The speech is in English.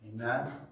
Amen